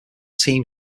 team